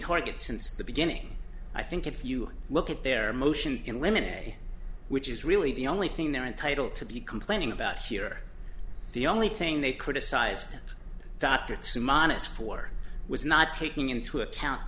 target since the beginning i think if you look at their motion in women which is really the only thing they're entitled to be complaining about here the only thing they criticize doctorates minus for was not taking into account